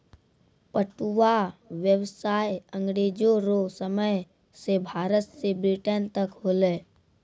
पटुआ व्यसाय अँग्रेजो रो समय से भारत से ब्रिटेन तक होलै